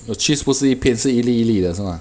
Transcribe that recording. your cheese 不是一片是一粒一粒的是 mah